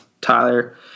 Tyler